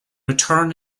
return